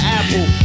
apple